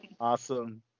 Awesome